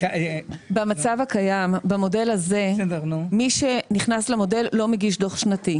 במצב הקיים במודל הזה מי שנכנס למודל לא מגיש דוח שנתי.